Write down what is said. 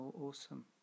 Awesome